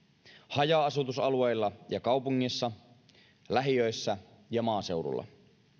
haja asutusalueilla ja kaupungeissa lähiöissä ja maaseudulla